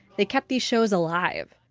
they kept these shows alive.